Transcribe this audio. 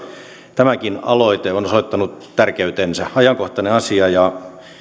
tämäkin aloite on osoittanut tärkeytensä ajankohtainen asia ja